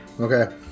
Okay